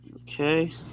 Okay